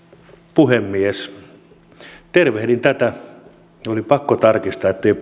puhemies tervehdin tätä oli pakko tarkistaa ettei